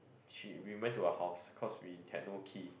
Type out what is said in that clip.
she we went to her house cause we had no key